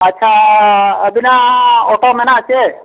ᱟᱪᱪᱷᱟ ᱟᱹᱵᱤᱱᱟᱜ ᱚᱴᱳ ᱢᱮᱱᱟᱜᱼᱟ ᱥᱮ